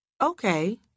Okay